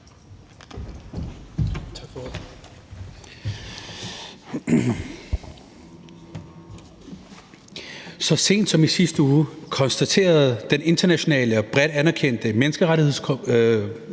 Så sent som i sidste uge konstaterede den internationale og bredt anerkendte menneskerettighedsorganisation